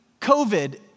COVID